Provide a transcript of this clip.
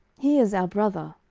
he is our brother.